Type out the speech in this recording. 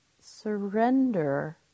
surrender